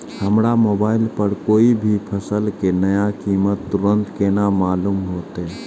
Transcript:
हमरा मोबाइल पर कोई भी फसल के नया कीमत तुरंत केना मालूम होते?